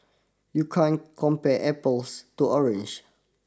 you can't compare apples to oranges